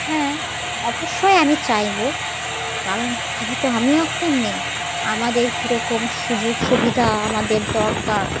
হ্যাঁ অবশ্যই আমি চাইব কারণ যেহেতু আমিও একটা মেয়ে আমাদের কীরকম সুযোগ সুবিধা আমাদের দরকার